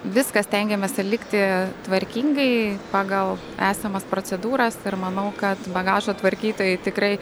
viską stengiamės atlikti tvarkingai pagal esamas procedūras ir manau kad bagažo tvarkytojai tikrai